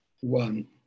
one